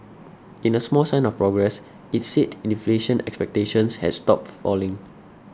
in a small sign of progress it said inflation expectations has stopped falling